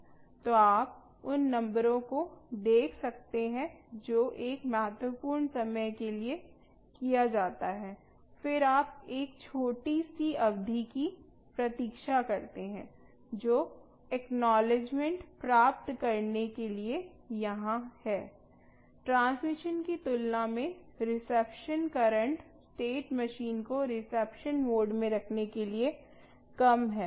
तो आप उन नंबरों को देख सकते हैं जो एक महत्वपूर्ण समय के लिए किया जाता है फिर आप एक छोटी सी अवधि की प्रतीक्षा करते हैं जो एक्नॉलेजमेंट प्राप्त करने के लिए यहां है ट्रांसमिशन की तुलना में रिसेप्शन करंट स्टेट मशीन को रिसेप्शन मोड में रखने के लिए कम है